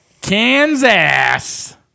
Kansas